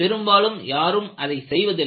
பெரும்பாலும் யாரும் அதை செய்வதில்லை